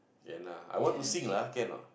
can lah I want to sing lah can or not